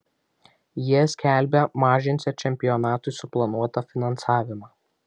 jie skelbia mažinsią čempionatui suplanuotą finansavimą